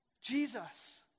Jesus